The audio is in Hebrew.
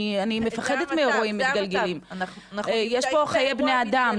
אני מפחדת מאירועים מתגלגלים --- זה המצב --- יש פה חיי בני אדם,